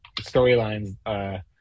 storylines